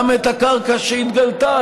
גם את הקרקע שהתגלתה,